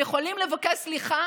הם יכולים לבקש סליחה